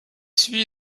suivi